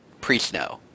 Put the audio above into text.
pre-snow